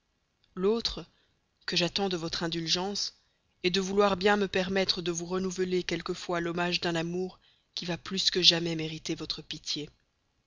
l'autre que j'attends de votre indulgence est de vouloir bien me permettre de vous renouveler quelquefois l'hommage d'un amour qui va plus que jamais mériter votre pitié